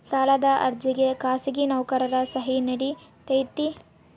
ಸಾಲದ ಅರ್ಜಿಗೆ ಖಾಸಗಿ ನೌಕರರ ಸಹಿ ನಡಿತೈತಿ?